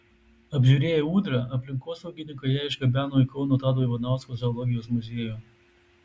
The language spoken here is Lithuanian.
apžiūrėję ūdrą aplinkosaugininkai ją išgabeno į kauno tado ivanausko zoologijos muziejų